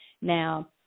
Now